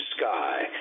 sky